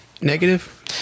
Negative